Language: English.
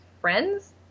friends